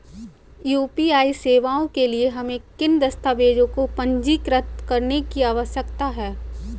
UPI सेवाओं के लिए हमें किन दस्तावेज़ों को पंजीकृत करने की आवश्यकता है?